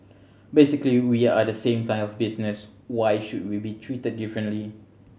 basically we are the same kind of business why should we be treated differently